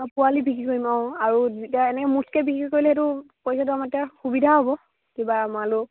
অঁ পোৱালি বিক্ৰী কৰিম অঁ আৰু তেতিয়া এনে মুঠকৈ বিক্ৰী কৰিলে সেইটো পইচাটো আমাৰ তেতিয়া সুবিধা হ'ব কিবা